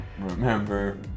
Remember